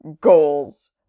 goals